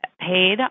paid